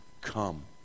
come